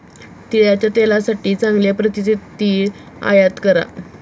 तिळाच्या तेलासाठी चांगल्या प्रतीचे तीळ आयात करा